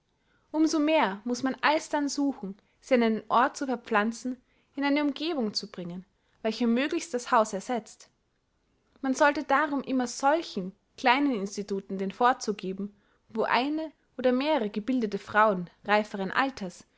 so mehr muß man alsdann suchen sie an einen ort zu verpflanzen in eine umgebung zu bringen welche möglichst das haus ersetzt man sollte darum immer solchen kleinen instituten den vorzug geben wo eine oder mehrere gebildete frauen reiferen alters